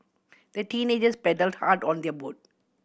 the teenagers paddled hard on their boat